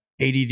ADD